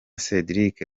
cédric